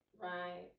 right